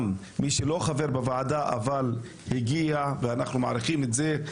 גם מי שלא חבר בוועדה והגיע ואנחנו מעריכים את זה,